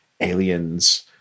Aliens